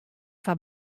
foar